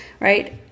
right